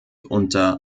unter